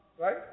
right